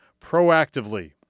proactively